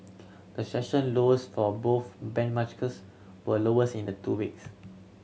the session lows for both bench maskers were lowest in the two weeks